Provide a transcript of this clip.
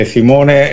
Simone